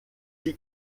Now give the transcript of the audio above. sie